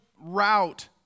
route